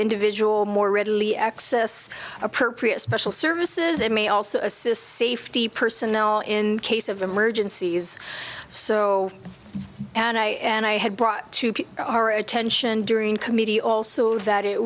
individual more readily access appropriate special services it may also assist safety personnel in case of emergencies so and i had brought to our attention during committee also that it